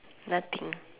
nothing